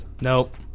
nope